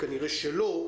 כנראה לא.